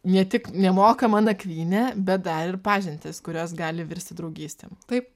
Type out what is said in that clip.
ne tik nemokamą nakvynę bet dar ir pažintis kurios gali virsti draugystėm taip